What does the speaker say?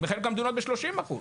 בחלק ב-30%.